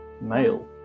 Male